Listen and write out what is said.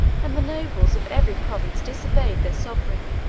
and the nobles of every province disobeyed their sovereign,